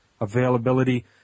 availability